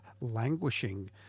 languishing